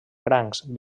crancs